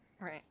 Right